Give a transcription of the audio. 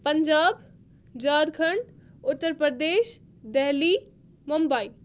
Punjab Jharkhand Uttar Pradesh Delhi Mumbai